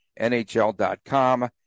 NHL.com